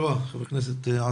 תודה רבה ח"כ עסאקלה.